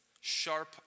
sharp